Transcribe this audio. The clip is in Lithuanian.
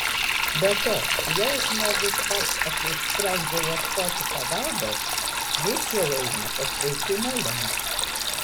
be to jei žmogus pats apsisprendžia ieškoti pagalbos jis jau eina pasveikimo link